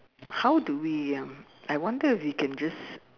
how do we um I wonder if we can just